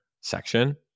section